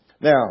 Now